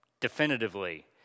definitively